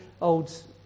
old